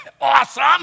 Awesome